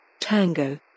Tango